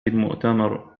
المؤتمر